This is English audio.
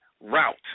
route